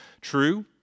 True